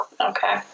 Okay